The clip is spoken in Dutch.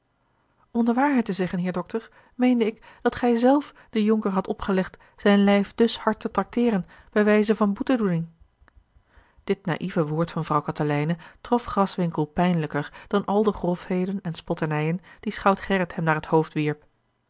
om de waarheid te zeggen heer dokter meende ik dat gij zelf den jonker hadt opgelegd zijn lijf dus hard te trakteeren bij wijze van boetedoening dit naïeve woord van vrouw catelijne trof graswinckel pijnlijker dan al de grofheden en spotternijen die schout gerrit hem naar het hoofd wierp